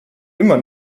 immer